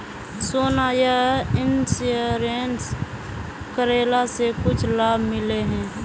सोना यह इंश्योरेंस करेला से कुछ लाभ मिले है?